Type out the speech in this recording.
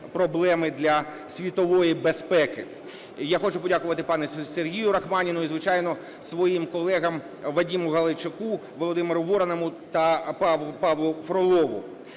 проблеми для світової безпеки. Я хочу подякувати пану Сергію Рахманінову. І, звичайно, своїм колегам Вадиму Галайчуку, Володимиру Воронову та Павлу Фролову.